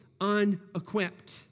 unequipped